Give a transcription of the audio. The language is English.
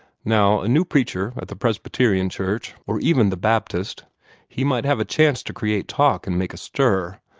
now, a new preacher at the presbyterian church, or even the baptist he might have a chance to create talk, and make a stir.